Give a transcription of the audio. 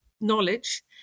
knowledge